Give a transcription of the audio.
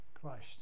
Christ